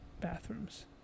bathrooms